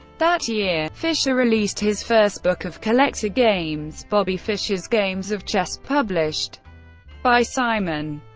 that year, fischer released his first book of collected games bobby fischer's games of chess, published by simon